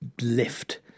lift